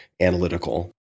analytical